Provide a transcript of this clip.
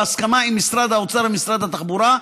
בהסכמה עם משרד האוצר ומשרד התחבורה,